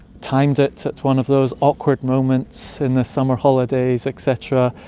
timed it at one of those awkward moments in the summer holidays etc.